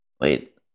wait